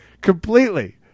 completely